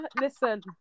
listen